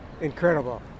incredible